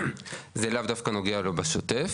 כי זה לאו דווקא נוגע לו בשוטף.